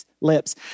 lips